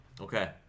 Okay